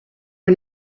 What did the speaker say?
are